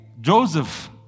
Joseph